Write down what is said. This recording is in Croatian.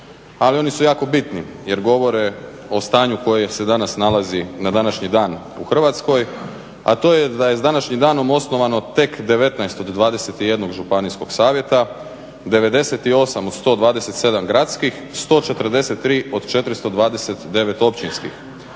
ali oni su jako bitni jer govore o stanju koje se danas nalazi na današnji dan u Hrvatskoj, a to je da je s današnjim danom osnovano tek 19 od 21 županijskog savjeta, 98 od 127 gradskih, 143 od 429 općinskih.